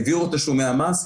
העבירו את תשלומי המס.